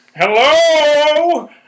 Hello